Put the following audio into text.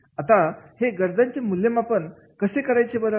आता हे गरजेचे मूल्यांकन कसे करायचे बरं